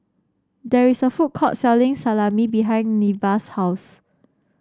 there is a food court selling Salami behind Neva's house